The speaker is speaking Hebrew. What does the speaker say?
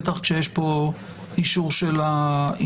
בטח כשיש פה אישור של הוועדה.